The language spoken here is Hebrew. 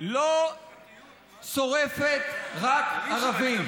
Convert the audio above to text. לא שורפת רק ערבים,